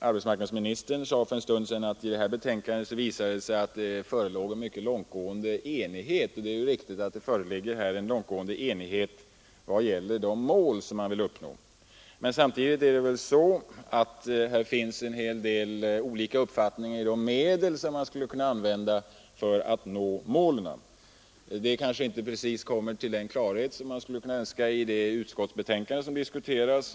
Arbetsmarknadsministern sade för en stund sedan att inrikesutskottets betänkande visar att det föreligger en långtgående enighet, och det är riktigt när det gäller de mål som man vill uppnå. Men samtidigt finns olika uppfattningar om de medel som man skulle kunna använda för att nå målen. Detta kanske inte precis framgår med den klarhet som man skulle önska av det utskottsbetänkande som diskuteras.